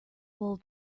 will